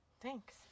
Thanks